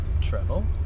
travel